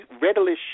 readily